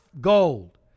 gold